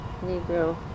Negro